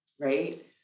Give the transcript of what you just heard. Right